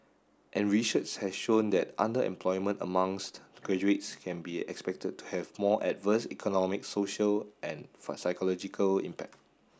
and research has shown that underemployment amongst graduates can be expected to have more adverse economic social and psychological impact